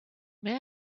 may